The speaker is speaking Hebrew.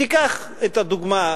תיקח את הדוגמה,